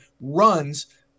runs